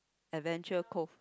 Adventure Cove